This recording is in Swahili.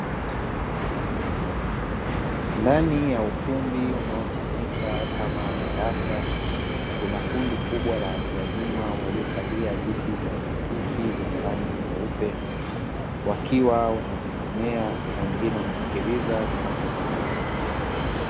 Ndani ya ukumbi mkubwa unaotumika kama darasa, kuna kundi kubwa la watu wazima waliovalia viti vya plastiki vyenye rangi nyeupe. Wakiwa wanajisomea na wengine wanasikiliza kinachofundishwa.